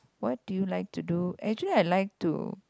what do you like to do actually I like to